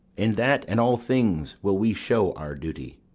in that and all things will we show our duty.